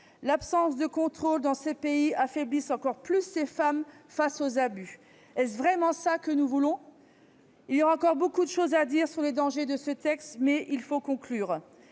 L'absence de contrôle dans ces pays affaiblit encore plus ces femmes face aux abus. Est-ce vraiment cela que nous voulons ? Il y aurait encore beaucoup de choses à dire sur les dangers de ce texte, mais il faut conclure.